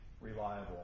reliable